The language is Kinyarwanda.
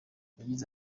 yagize